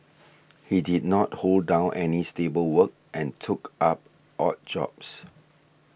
he did not hold down any stable work and took up odd jobs